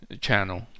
channel